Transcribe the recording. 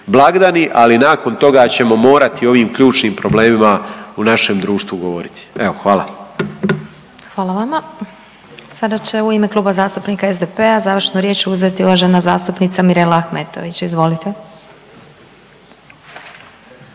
Ali nakon toga ćemo morati o ovim ključnim problemima u našem društvu govoriti. Evo, hvala. **Glasovac, Sabina (SDP)** Hvala vama. Sada će u ime Kluba zastupnika SDP-a završnu riječ uzeti uvažena zastupnica Mirela Ahmetović. Izvolite.